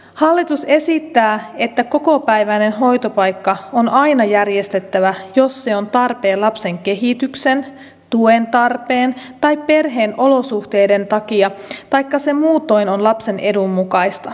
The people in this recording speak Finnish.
hallitus esittää että kokopäiväinen hoitopaikka on aina järjestettävä jos se on tarpeen lapsen kehityksen tuen tarpeen tai perheen olosuhteiden takia taikka se muutoin on lapsen edun mukaista